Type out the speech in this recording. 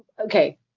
okay